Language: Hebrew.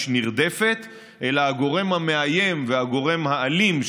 נרדפת אלא הגורם המאיים והגורם האלים,